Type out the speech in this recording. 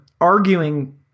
arguing